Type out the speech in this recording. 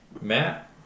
Matt